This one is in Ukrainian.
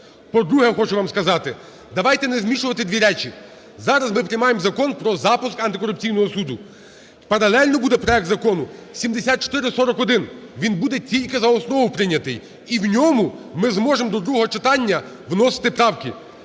По-друге, хочу вам сказати: давайте не змішувати дві речі. Зараз ми приймаємо Закон про запуск антикорупційного суду, паралельно буде проект Закону 7441, він буде тільки за основу прийнятий. І в ньому ми зможемо до другого читання вносити правки